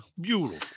beautiful